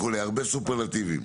הרבה סופרלטיבים.